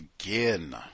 again